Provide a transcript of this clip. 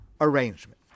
arrangement